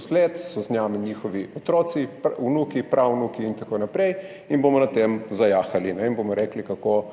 70 let, z nami so njihovi otroci, vnuki, pravnuki in tako naprej in bomo na tem zajahali in bomo rekli, enako,